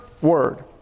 word